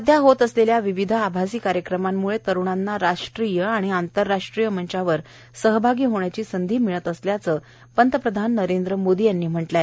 प्रारंभ सध्या होत असलेल्या विविध आभासी कार्यक्रमांमुळे तरुणांना राष्ट्रीय आणि आंतरराष्ट्रीय मंचावर सहभागी होण्याची संधी मिळत असल्याचं पंतप्रधान नरेंद्र मोदी यांनी म्हटलं आहे